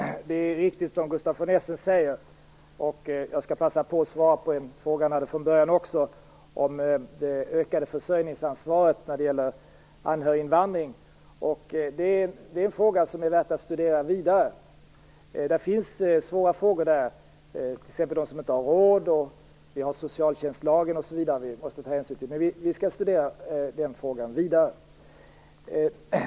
Herr talman! Det är riktigt som Gustaf von Essen säger. Jag skall också passa på att svara på en fråga som han ställde inledningsvis, om det ökade försörjningsansvaret i samband med anhöriginvandring. Det är en fråga som det är värt att studera vidare. Det finns svåra punkter i detta sammanhang, t.ex. de som inte har råd, hänsynen till socialtjänstlagen osv. Vi skall studera denna fråga vidare.